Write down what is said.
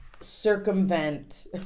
circumvent